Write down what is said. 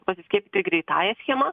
pasiskiepyti greitąja schema